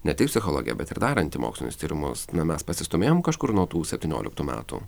ne tik psichologe bet ir darantį mokslinius tyrimusna mes pasistūmėjom kažkur nuo tų septynioliktų metų